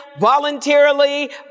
voluntarily